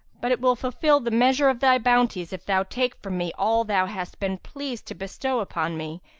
but it will fulfil the measure of thy bounties if thou take from me all thou hast been pleased to bestow upon me,